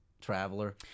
Traveler